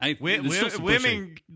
Women